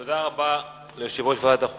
תודה רבה ליושב-ראש ועדת החוקה,